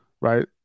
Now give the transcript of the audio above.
right